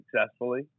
successfully